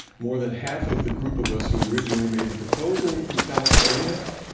more than half of the group of us who originally made the proposal are from california,